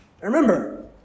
Remember